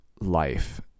life